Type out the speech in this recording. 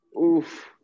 oof